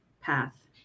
path